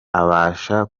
abasha